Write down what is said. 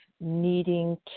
needing